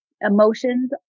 Emotions